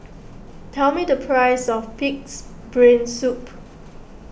tell me the price of Pig's Brain Soup